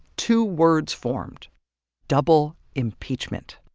two words formed double impeachment.